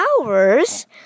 hours